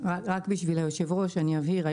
רק בשביל יושב הראש אני אבהיר,